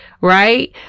right